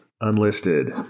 unlisted